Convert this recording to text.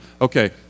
okay